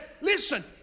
listen